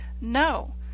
No